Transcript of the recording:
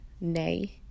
nay